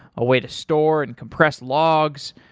a way to store and compress logs,